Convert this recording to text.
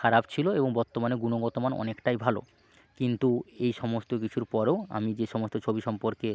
খারাপ ছিলো এবং বর্তমানে গুণগত মান অনেকটাই ভালো কিন্তু এই সমস্ত কিছুর পরেও আমি যে সমস্ত ছবি সম্পর্কে